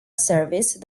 service